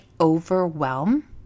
overwhelm